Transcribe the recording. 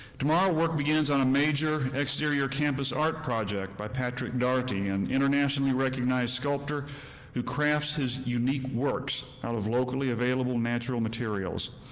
tomorrow, work begins on a major exterior campus art project by patrick dougherty, an internationally recognized sculptor who crafts his unique works out of locally available natural materials.